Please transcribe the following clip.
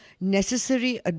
necessary